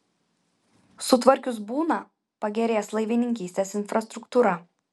sutvarkius buną pagerės laivininkystės infrastruktūra